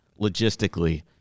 logistically